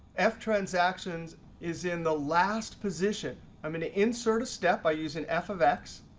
f transactions is in the last position. i'm going to insert a step by using f of x,